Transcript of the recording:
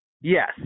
Yes